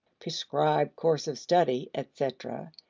prescribed course of study, etc,